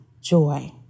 joy